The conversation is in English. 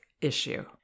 issue